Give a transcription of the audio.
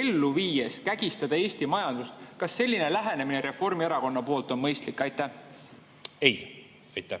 ellu viies kägistada Eesti majandust? Kas selline lähenemine Reformierakonna poolt on mõistlik? Aitäh, hea